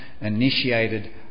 initiated